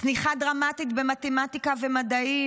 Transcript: צניחה דרמטית במתמטיקה ומדעים,